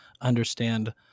understand